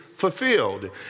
fulfilled